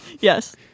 Yes